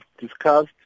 discussed